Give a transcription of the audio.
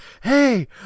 Hey